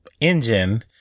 engine